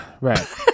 Right